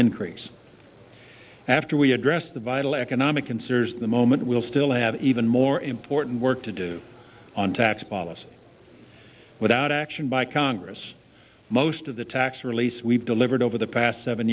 increase after we address the vital economic concerns of the moment we'll still have even more important work to do on tax policy without action by congress most of the tax release we've delivered over the past seven